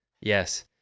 Yes